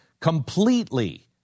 completely